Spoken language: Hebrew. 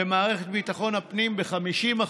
ומערכת ביטחון הפנים, ב-50%.